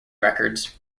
records